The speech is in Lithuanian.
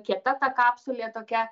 kieta ta kapsulė tokia